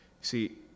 See